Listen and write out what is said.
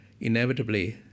inevitably